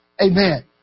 Amen